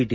T